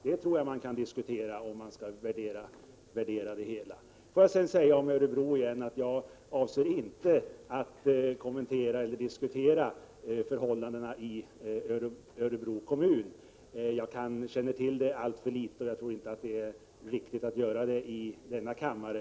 Låt mig sedan upprepa att jag inte avser att kommentera eller diskutera förhållandena i Örebro kommun. Jag känner till dem alltför dåligt, och det är inte heller riktigt att göra det i denna kammare.